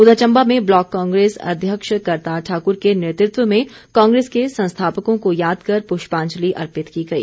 उधर चम्बा में ब्लॉक कांग्रेस अध्यक्ष करतार ठाक्र के नेतृत्व में कांग्रेस के संस्थापकों को याद कर पुष्पांजलि अर्पित की गई